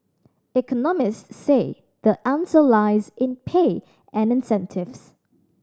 economists say the answer lies in pay and incentives